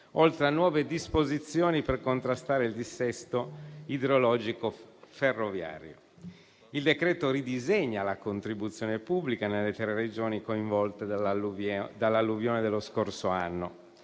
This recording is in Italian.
oltre a nuove disposizioni per contrastare il dissesto idrologico-ferroviario. Il decreto ridisegna la contribuzione pubblica nelle tre Regioni coinvolte dall'alluvione dello scorso anno.